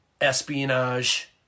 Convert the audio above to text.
espionage